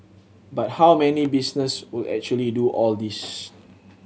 but how many business would actually do all this